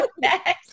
next